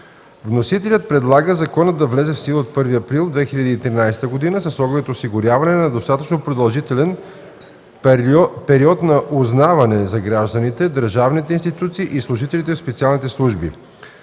Вносителят предлага законът да влезе в сила от 1 април 2013 г. с оглед осигуряване на достатъчно продължителен „период на узнаване” за гражданите, държавните институции и служителите в специалните служби.